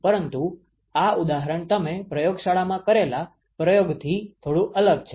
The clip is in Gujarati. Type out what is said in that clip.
પરંતુ આ ઉદાહરણ તમે પ્રયોગશાળામાં કરેલા પ્રયોગથી થોડું અલગ છે